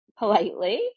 Politely